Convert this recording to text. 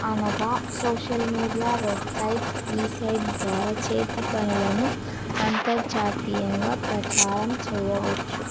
అనగా social media website ఈ site ద్వారా చేతి పనులను అంతర్జాతీయంగా ప్రచారం చేయవచ్చు